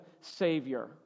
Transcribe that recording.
Savior